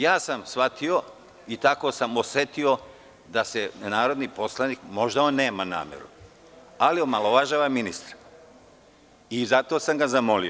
Ja sam shvatio i tako sam osetio da narodni poslanik, možda on nema nameru, ali omalovažava ministra, i zato sam ga zamolio.